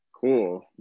Cool